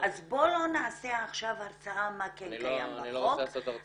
אז בוא לא נעשה עכשיו הרצאה מה כן קיים בחוק.